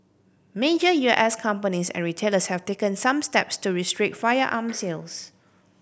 major U S companies and retailers have taken some steps to restrict firearm sales